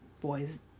boys